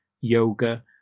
yoga